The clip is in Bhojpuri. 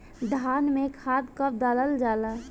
धान में खाद कब डालल जाला?